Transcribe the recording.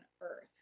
earth